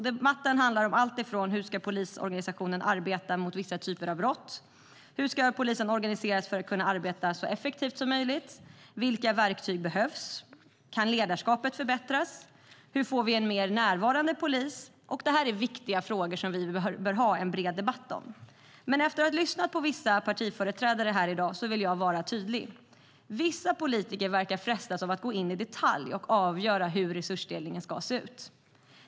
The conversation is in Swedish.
Debatten handlar om alltifrån hur polisen ska organiseras i arbetet mot vissa typer av brott, hur polisen ska organiseras för att arbeta så effektivt som möjligt, vilka verktyg som behövs, hur ledarskapet kan förbättras till hur vi får en mer närvarande polis. Det är viktiga frågor som vi bör ha en bred debatt om. Efter att ha lyssnat på vissa partiföreträdare vill jag vara tydlig: Vissa politiker verkar frestas av att gå in i detalj och avgöra hur resursfördelningen ska se ut.